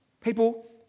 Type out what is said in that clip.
People